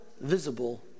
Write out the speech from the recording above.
visible